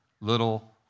little